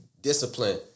discipline